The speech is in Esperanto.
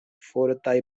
fortaj